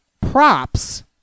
props